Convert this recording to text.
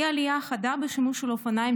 היא העלייה החדה בשימוש באופניים